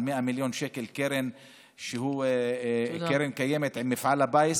על 100 מיליון שקל של קרן קיימת ועם מפעל הפיס.